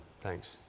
Thanks